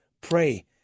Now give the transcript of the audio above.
pray